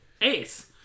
Ace